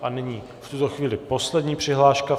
A nyní v tuto chvíli poslední přihláška.